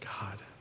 God